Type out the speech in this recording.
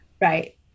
right